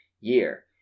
year